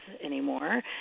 anymore